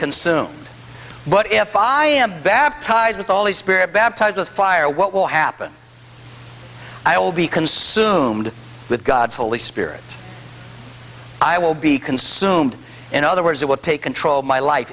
consumed but if i am baptized with all the spirit baptized with fire what will happen i will be consumed with god's holy spirit i will be consumed in other words it will take control of my life